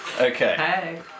Okay